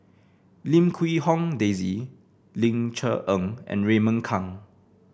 Lim Quee Hong Daisy Ling Cher Eng and Raymond Kang